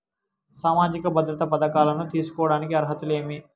సామాజిక భద్రత పథకాలను తీసుకోడానికి అర్హతలు ఏమి?